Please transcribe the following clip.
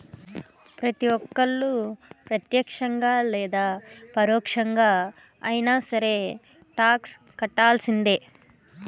ప్రతి ఒక్కళ్ళు ప్రత్యక్షంగా లేదా పరోక్షంగా అయినా సరే టాక్స్ కట్టాల్సిందే